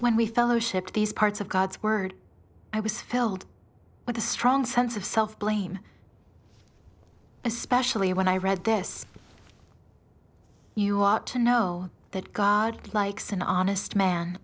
when we fellowship these parts of god's word i was filled with a strong sense of self blame especially when i read this you ought to know that god likes an honest man